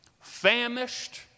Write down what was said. famished